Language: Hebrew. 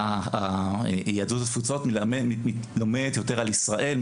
היהדות התפוצות לומד יותר על ישראל,